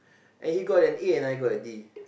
and he got an A and I got a D